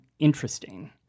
Interesting